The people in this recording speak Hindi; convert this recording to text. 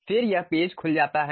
फिर यह पेज खुल जाता है